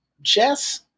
Jess